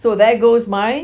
so there goes my